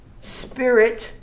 spirit